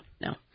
no